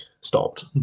stopped